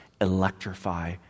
electrify